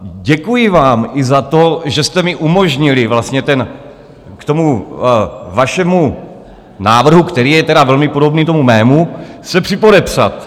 Děkuji vám i za to, že jste mi umožnili vlastně k tomu vašemu návrhu, který je tedy velmi podobný tomu mému, se připodepsat.